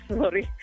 sorry